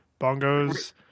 bongos